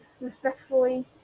respectfully